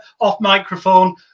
off-microphone